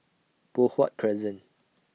Poh Huat Crescent